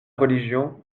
religion